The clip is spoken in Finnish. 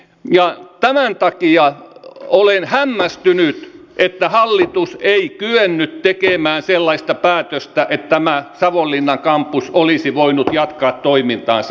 ja tämän takia olen hämmästynyt että hallitus ei kyennyt tekemään sellaista päätöstä että tämä savonlinnan kampus olisi voinut jatkaa toimintaansa